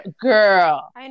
girl